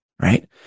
right